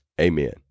amen